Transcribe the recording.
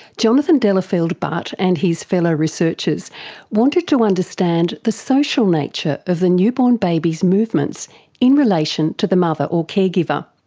jonathan delafield-butt and his fellow researchers wanted to understand the social nature of the newborn baby's movements in relation to the mother or caregiver.